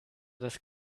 das